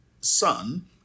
son